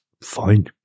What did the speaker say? Fine